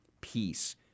peace